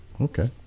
Okay